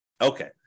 okay